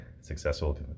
successful